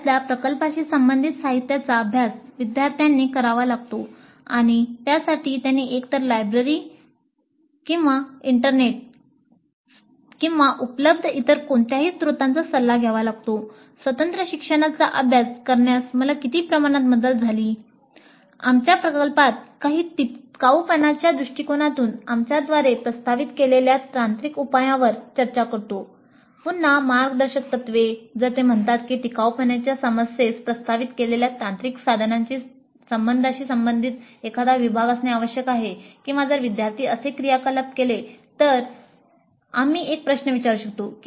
आमच्या प्रकल्पात आम्ही टिकाऊपणाच्या दृष्टीकोनातून आमच्याद्वारे प्रस्तावित केलेल्या तांत्रिक उपायांवर चर्चा करतो